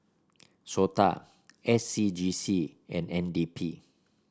SOTA S C G C and N D P